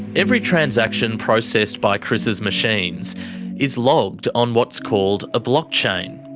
every transaction processed by chris's machines is logged on what's called a blockchain.